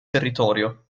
territorio